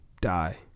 die